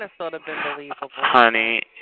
honey